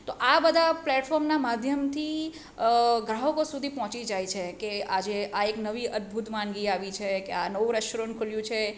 તો આ બધા પ્લેટફોર્મના માધ્યમથી ગ્રાહકો સુધી પહોંચી જાય છે કે આજે આ એક નવી અદ્ભૂત વાનગી આવી છે કે આ નવું રેસ્ટોરન્ટ ખૂલ્યું છે